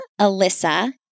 Alyssa